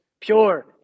pure